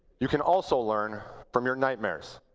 you can also learn from your nightmares.